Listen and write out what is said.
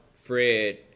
Fred